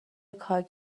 کاگب